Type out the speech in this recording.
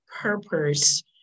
purpose